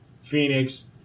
Phoenix